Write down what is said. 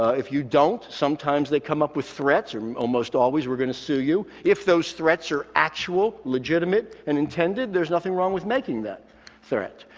if you don't, sometimes they come up with threats, almost always we're going to sue you. if those threats are actual, legitimate, and intended, there's nothing wrong with making that threat.